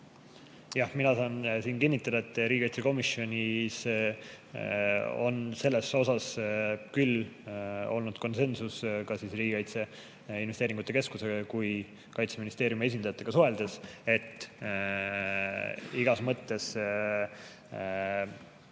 Jah, mina saan siin kinnitada, et riigikaitsekomisjonis on selles küll olnud konsensus Riigi Kaitseinvesteeringute Keskuse ja ka Kaitseministeeriumi esindajatega suheldes, et igas mõttes